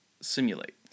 simulate